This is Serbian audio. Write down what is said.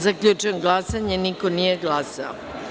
Zaključujem glasanje – niko nije glasao.